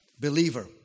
believer